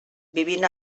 vivint